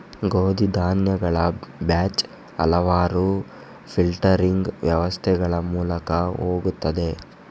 ಗೋಧಿ ಧಾನ್ಯಗಳ ಬ್ಯಾಚ್ ಹಲವಾರು ಫಿಲ್ಟರಿಂಗ್ ವ್ಯವಸ್ಥೆಗಳ ಮೂಲಕ ಹೋಗುತ್ತದೆ